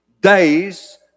days